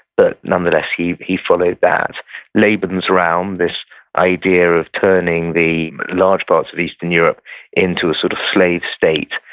but nonetheless, he he followed that lebensraum, this idea of turning the large parts of eastern europe into a sort of slave state,